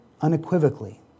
unequivocally